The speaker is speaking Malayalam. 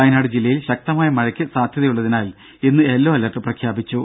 വയനാട് ജില്ലയിൽ ശക്തമായ മഴക്ക് സാധ്യതയുള്ളതിനാൽ ഇന്ന് യെല്ലോ അലർട്ട് പ്രഖ്യാപിച്ചു